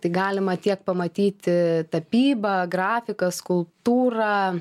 tai galima tiek pamatyti tapyba grafika skulptūra